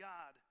God